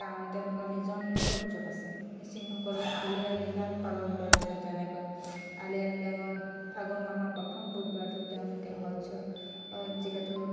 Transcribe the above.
কাৰণ তেওঁলোকৰ নিজৰ নিজৰ উৎসৱ আছে মিচিংসকলে আলি আই লৃগাং পালন কৰে যে তেনেকৈ আলি আই লৃগাঙৰ ফাগুন মাহৰ প্ৰথম বুধবাৰটোত তেওঁলোকে শস্য যিহেতু